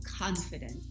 confident